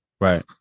Right